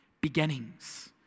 beginnings